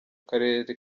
karere